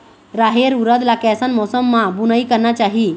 रहेर उरद ला कैसन मौसम मा बुनई करना चाही?